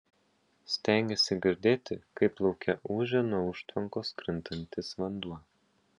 stengėsi girdėti kaip lauke ūžia nuo užtvankos krintantis vanduo